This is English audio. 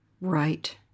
Right